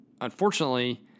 Unfortunately